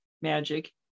magic